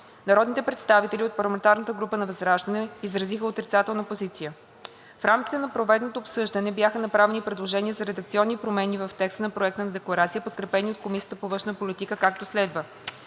Народните представители от парламентарната група на ВЪЗРАЖДАНЕ изразиха отрицателна позиция. В рамките на проведеното обсъждане бяха направени предложения за редакционни промени в текста на Проекта на декларация, подкрепени от Комисията по външна политика, както следва: